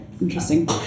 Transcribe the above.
interesting